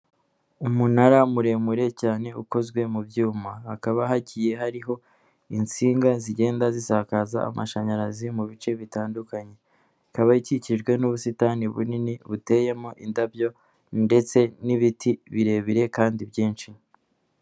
Umunara muremure cyane ukozwe mu byuma hakaba hagiye hariho insinga zigenda zisakaza amashanyarazi mu bice bitandukanye ikaba ikikijwe n'ubusitani bunini buteyemo indabyo ndetse n'ibiti birebire kandi byinshi.